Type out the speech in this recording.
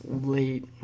late